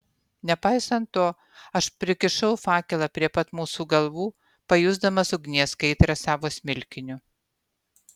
nepaisant to aš prikišau fakelą prie pat mūsų galvų pajusdamas ugnies kaitrą savo smilkiniu